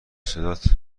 صدات